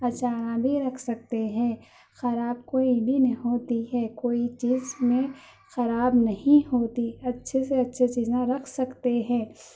اچار بھی رکھ سکتے ہیں خراب کوئی بھی نہیں ہوتی ہے کوئی چیز میں خراب نہیں ہوتی اچّھے سے اچّھے چیزاں رکھ سکتے ہیں